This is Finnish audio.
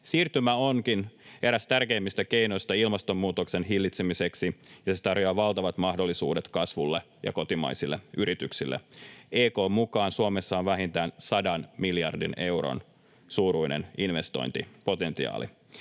Siirtymä onkin eräs tärkeimmistä keinoista ilmastonmuutoksen hillitsemiseksi, ja se tarjoaa valtavat mahdollisuudet kasvulle ja kotimaisille yrityksille. EK:n mukaan Suomessa on vähintään 100 miljardin euron suuruinen investointipotentiaali.